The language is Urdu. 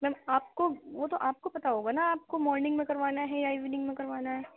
میم آپ کو وہ تو آپ کو پتا ہوگا نا آپ کو مارننگ میں کروانا ہے یا ایوننگ میں کروانا ہے